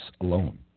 alone